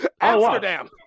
Amsterdam